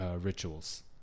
rituals